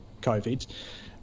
COVID